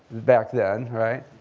back then, right,